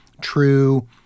true